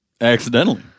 accidentally